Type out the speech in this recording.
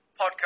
podcast